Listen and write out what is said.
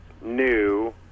new